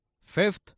Fifth